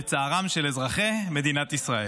לצערם של אזרחי מדינת ישראל.